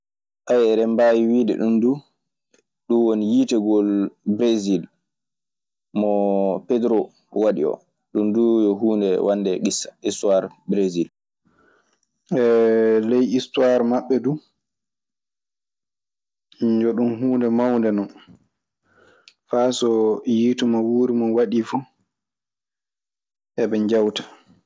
indebawi wide dum dun, dum woni yitagol bresil mon yitagol predro waɗi o dun dum yo hunɗe wanɗe issa histoire bresil. Ley istuwaar maɓɓe du, yo ɗun huunde mawnde non. Faa so yiitumawuuri mun waɗii fu, eɓe njawta.